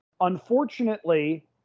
unfortunately